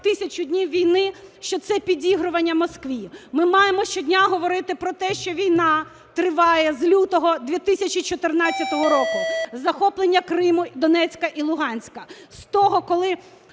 1000 днів війни, що це підігрування Москві. Ми маємо щодня говорити про те, що війна триває з лютого 2014 року, з захоплення Криму, Донецька і Луганська, з того, коли